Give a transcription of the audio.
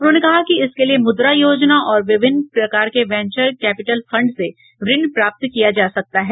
उन्होंने कहा कि इसके लिये मुद्रा योजना और विभिन्न प्रकार के वेंचर कैपिटल फंड से ऋण प्राप्त किया जा सकता है